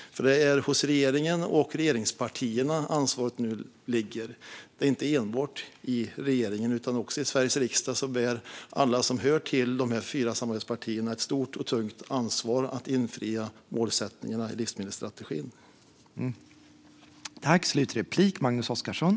Ansvaret ligger nu hos regeringen och regeringspartierna. Det är inte enbart regeringen som bär ett stort och tungt ansvar för att infria målsättningarna i livsmedelsstrategin, utan det gör också alla i Sveriges riksdag som hör till de fyra samarbetspartierna.